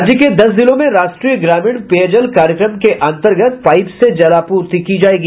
राज्य के दस जिलों में राष्ट्रीय ग्रामीण पेयजल कार्यक्रम के अंतर्गत पाइप से जलापूर्ति की जायेगी